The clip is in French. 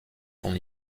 son